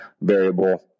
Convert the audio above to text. variable